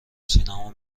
سینما